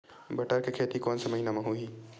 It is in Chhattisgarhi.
बटर के खेती कोन से महिना म होही?